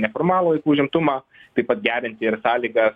neformalųjį užimtumą taip pat gerinti ir sąlygas